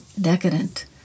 decadent